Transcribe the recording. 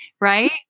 Right